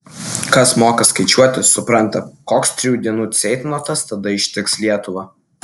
kas moka skaičiuoti supranta koks trijų dienų ceitnotas tada ištiks lietuvą